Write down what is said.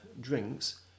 drinks